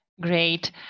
Great